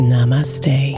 Namaste